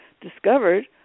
discovered